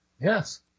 Yes